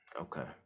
okay